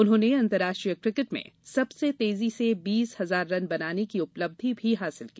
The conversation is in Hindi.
उन्होंने अंतर्राष्ट्रीय क्रिकेट में सबसे तेजी से बीस हजार रन बनाने की उपलब्धि भी हासिल की